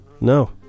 No